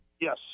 Yes